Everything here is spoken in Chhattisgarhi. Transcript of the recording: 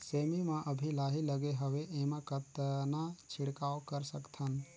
सेमी म अभी लाही लगे हवे एमा कतना छिड़काव कर सकथन?